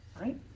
right